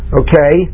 okay